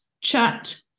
chat